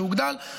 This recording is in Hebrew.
שהוגדל,